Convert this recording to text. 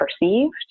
perceived